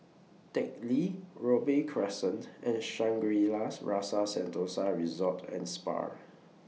Teck Lee Robey Crescent and Shangri La's Rasa Sentosa Resort and Spa